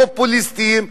פופוליסטיים,